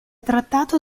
trattato